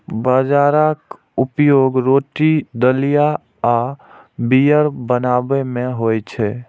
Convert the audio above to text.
बाजराक उपयोग रोटी, दलिया आ बीयर बनाबै मे होइ छै